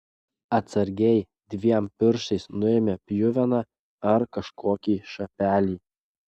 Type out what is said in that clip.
atsargiai dviem pirštais nuėmė pjuveną ar kažkokį šapelį